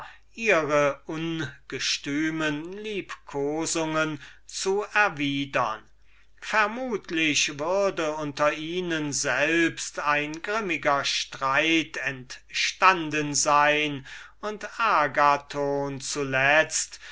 ihre ungestümen liebkosungen zu erwidern dem ansehn nach würde unter ihnen selbst ein grimmiger streit entstanden sein und agathon zuletzt